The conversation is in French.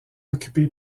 occupé